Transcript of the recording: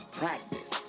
practice